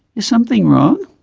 is something wrong?